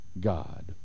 God